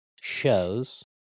shows